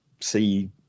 see